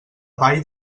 vall